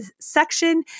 section